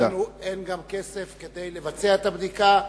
אין גם כסף כדי לבצע את הבדיקה,